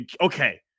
Okay